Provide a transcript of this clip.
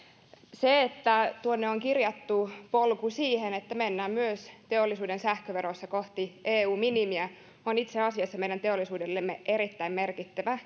se että tuonne on kirjattu polku siihen että mennään myös teollisuuden sähköverossa kohti eu minimiä on itse asiassa meidän teollisuudellemme erittäin merkittävä